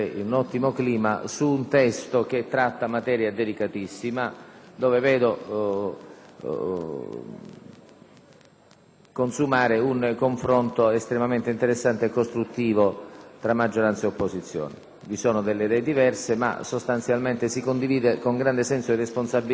vedo consumarsi un confronto estremamente interessante e costruttivo tra maggioranza e opposizione. Vi sono delle idee diverse, ma sostanzialmente si condivide con grande senso di responsabilità l'esigenza di occuparsi di questo tema anche con la dovuta speditezza. Il timore della